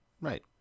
Right